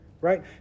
right